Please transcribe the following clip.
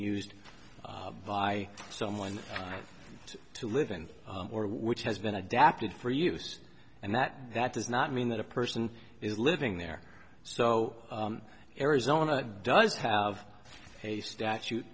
used by someone to live in or which has been adapted for use and that that does not mean that a person is living there so arizona does have a statute